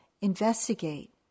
investigate